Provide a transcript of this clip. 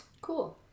Cool